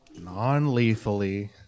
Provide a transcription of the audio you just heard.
Non-lethally